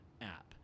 app